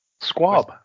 squab